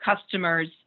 customers